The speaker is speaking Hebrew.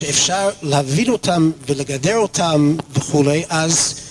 שאפשר להבין אותם ולגדר אותם וכולי, אז...